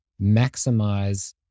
maximize